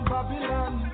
Babylon